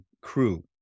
crew